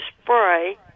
spray